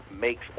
makes